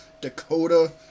Dakota